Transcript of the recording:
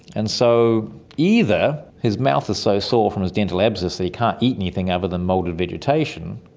and so either his mouth is so sore from his dental abscess that he can't eat anything other than moulded vegetation,